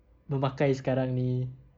memakai sekarang ini